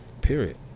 period